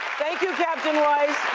thank you, captain weiss.